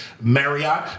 Marriott